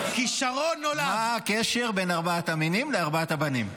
מה הקשר בין ארבעת המינים לארבעת הבנים?